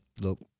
look